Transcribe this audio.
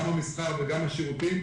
גם המסחר וגם השירותים.